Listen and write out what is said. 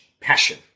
passion